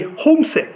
homesick